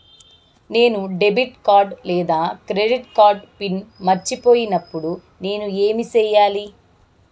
నేను debit card లేదా credit card pin మర్చిపోయినప్పుడు నేను ఏమి సెయ్యాలి?